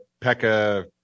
Pekka